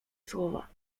słowa